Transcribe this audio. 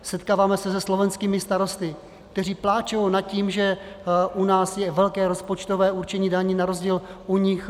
Setkáváme se se slovenskými starosty, kteří pláčou nad tím, že u nás je velké rozpočtové určení daní na rozdíl od nich.